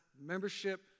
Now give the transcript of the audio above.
membership